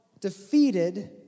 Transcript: defeated